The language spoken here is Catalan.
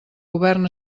govern